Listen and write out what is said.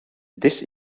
this